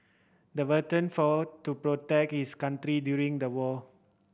the veteran fought to protect his country during the war